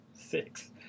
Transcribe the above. six